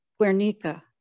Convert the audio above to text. Guernica